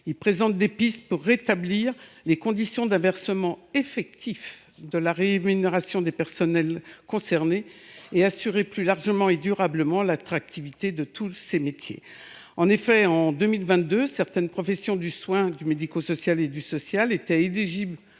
également des pistes pour rétablir les conditions d’un versement effectif de la rémunération des personnels concernés et pour assurer, plus largement et durablement, l’attractivité de tous ces métiers. En effet, en 2022, certaines professions du soin et des secteurs social et médico social étaient éligibles